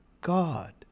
God